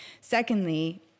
Secondly